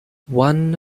one